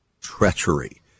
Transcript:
treachery